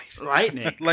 lightning